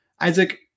Isaac